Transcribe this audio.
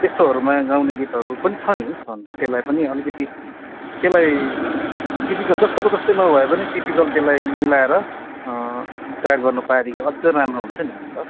त्यस्तोहरूमा गाउने गीतहरू पनि छ नि छनु त त्यसलाई पनि अलिकति त्यलाई टिपिकल जस्तो को त्यस्तै नभए पनि टिपिकल त्यलाई मिलाएर तैयार गर्नु पाएदेखि अझ राम्रो हुन्छ नि हुन त